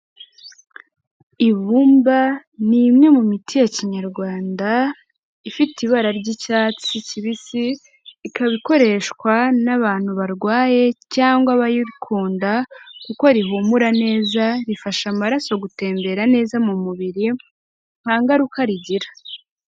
Ibumba ni imwe mu miti ya kinyarwanda ifite ibara ry'icyatsi kibisi, ikaba ikoreshwa n'abantu barwaye cyangwa abayikunda kuko rihumura neza rifasha amaraso gutembera neza mu mubiri nta ngaruka rigira.